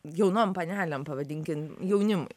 jaunom panelėm pavadinkim jaunimui